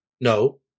No